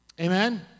Amen